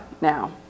now